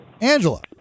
Angela